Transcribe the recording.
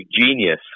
Genius